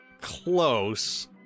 Close